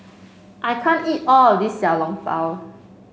I can't eat all of this Xiao Long Bao